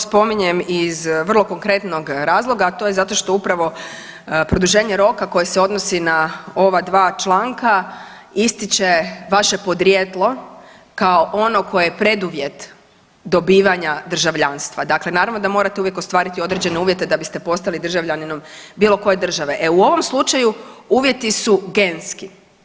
To spominjem iz vrlo konkretnog razloga a to je zato što upravo produženje roka koje se odnosi na ova dva članka, ističe vaše podrijetlo kao ono koje je preduvjet dobivanja državljanstva, dakle naravno da morate uvijek ostvariti određene uvjete da biste postali državljaninom bilokoje države, e u ovom slučaju uvjeti su genski.